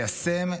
ליישם,